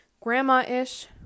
grandma-ish